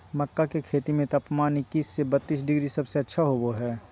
मक्का के खेती में तापमान इक्कीस से बत्तीस डिग्री सबसे अच्छा होबो हइ